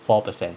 four percent